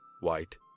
white